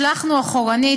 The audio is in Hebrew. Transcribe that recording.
הושלכנו אחורית,